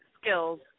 skills